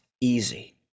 easy